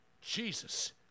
Jesus